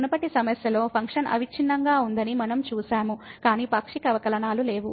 మునుపటి సమస్యలో ఫంక్షన్ అవిచ్ఛిన్నంగా ఉందని మనం చూశాము కాని పాక్షిక అవకలనాలు లేవు